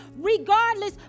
regardless